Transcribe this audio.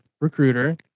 recruiter